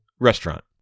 restaurant